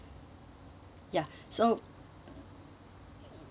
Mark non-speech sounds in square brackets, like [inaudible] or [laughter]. ya [breath] so